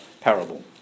parable